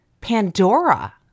Pandora